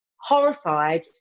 horrified